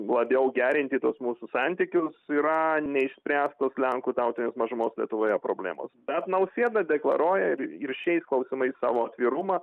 labiau gerinti tuos mūsų santykius yra neišspręstos lenkų tautinės mažumos lietuvoje problemos bet nausėda deklaruoja ir ir šiais klausimais savo atvirumą